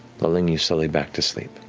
lulling you slowly back to sleep.